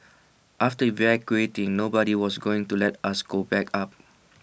after evacuating nobody was going to let us go back up